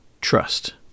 trust